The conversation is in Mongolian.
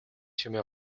чимээ